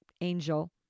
angel